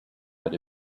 but